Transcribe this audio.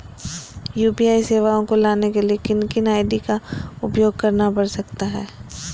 UPI सेवाएं को लाने के लिए किन किन आई.डी का उपयोग करना पड़ सकता है?